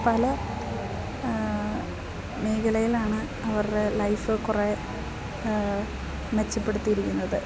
പല മേഖലയിലാണ് അവരുടെ ലൈഫ് കുറേ മെച്ചപ്പെടുത്തിയിരിക്കുന്നത്